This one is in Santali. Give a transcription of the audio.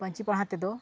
ᱯᱟᱹᱧᱪᱤ ᱯᱟᱲᱦᱟᱴ ᱛᱮᱫᱚ